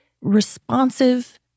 responsive